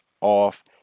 off